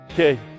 Okay